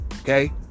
okay